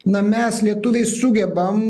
na mes lietuviai sugebam